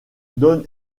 donne